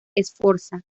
sforza